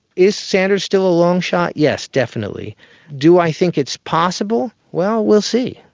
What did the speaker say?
is sanders still a long shot? yes, definitely. do i think it's possible? well, we'll see.